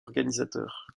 organisateur